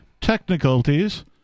Technicalities